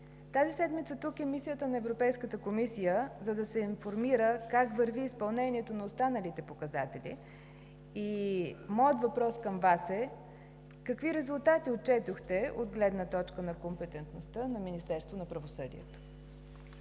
Тази седмица тук е Мисията на Европейската комисия, за да се информира как върви изпълнението на останалите показатели и моят въпрос към Вас е: какви резултати отчетохте от гледна точка на компетентността на Министерството на правосъдието?